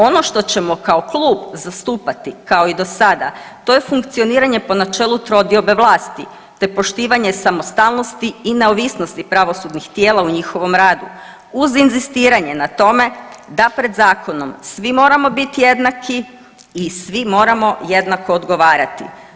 Ono što ćemo kao klub zastupati kao i do sada, to je funkcioniranje po načelu trodiobe vlasti te poštivanje samostalnosti i neovisnosti pravosudnih tijela u njihovom radu, uz inzistiranje na tome da pred zakonom svi moramo biti jednaki i svi moramo jednako odgovarati.